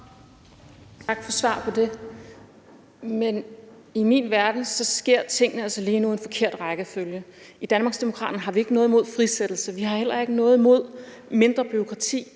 Tak for svaret på det. Men i min verden sker tingene altså lige nu i en forkert rækkefølge. I Danmarksdemokraterne har vi ikke noget imod frisættelse, og vi har heller ikke noget mod mindre bureaukrati,